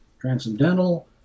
transcendental